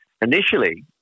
initially